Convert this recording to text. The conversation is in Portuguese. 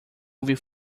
ouviu